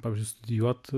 pavyzdžiui studijuot